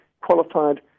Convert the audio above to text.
qualified